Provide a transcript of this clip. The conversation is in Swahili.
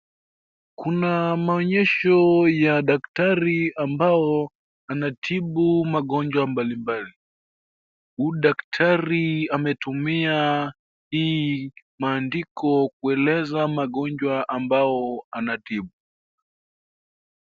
Kuna maonyesho ya daktari ambao anatibu magonjwa mbali mbali. Huu daktari ametumia hii maandiko kueleza magonjwa ambao anatibu.